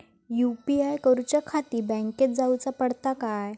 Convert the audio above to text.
UPI करूच्याखाती बँकेत जाऊचा पडता काय?